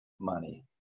money